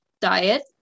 diet